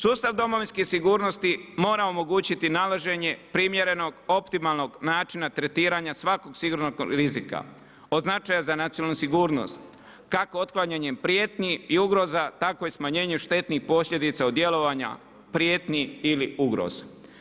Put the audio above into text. Sustav domovinske sigurnosti mora omogućiti nalaženje primjerenog optimalnog načina tretiranja svakog sigurnosnog rizika od značaja za nacionalnu sigurnost, kako otklanjanjem prijetnji i ugroza, tako i smanjenje štetnih posljedica djelovanja prijetnji ili ugroza.